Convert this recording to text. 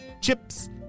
chips